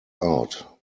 out